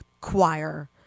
choir